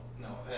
no